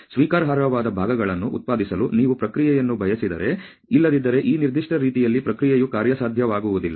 ಸ್ವೀಕಾರಾರ್ಹವಾದ ಭಾಗಗಳನ್ನು ಉತ್ಪಾದಿಸಲು ನೀವು ಪ್ರಕ್ರಿಯೆಯನ್ನು ಬಯಸಿದರೆ ಇಲ್ಲದಿದ್ದರೆ ಈ ನಿರ್ದಿಷ್ಟ ರೀತಿಯಲ್ಲಿ ಪ್ರಕ್ರಿಯೆಯು ಕಾರ್ಯಸಾಧ್ಯವಾಗುವುದಿಲ್ಲ